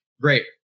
great